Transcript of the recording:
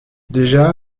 déjà